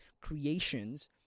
creations